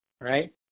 right